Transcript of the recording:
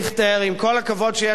עם כל הכבוד שיש לי אליך,